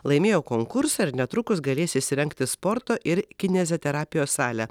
laimėjo konkursą ir netrukus galės įsirengti sporto ir kineziterapijos salę